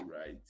right